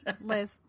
Liz